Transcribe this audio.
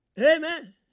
Amen